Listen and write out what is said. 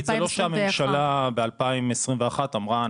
זה לא שהממשלה ב-2021 אמרה,